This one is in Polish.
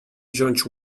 wziąć